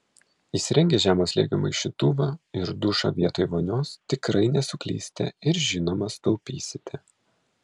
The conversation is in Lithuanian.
įsirengę žemo slėgio maišytuvą ir dušą vietoj vonios tikrai nesuklysite ir žinoma sutaupysite